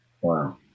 Wow